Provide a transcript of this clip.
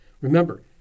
Remember